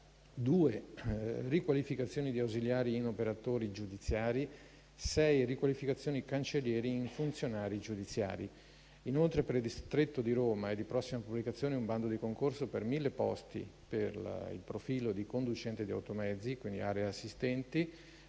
2 riqualificazioni di ausiliari in operatori giudiziari, 6 riqualificazioni cancellieri in funzionari giudiziari. Inoltre, per il distretto di Roma è di prossima pubblicazione un bando di concorso per 1.000 posti per il profilo di conducente di automezzi e, quindi, area assistenti.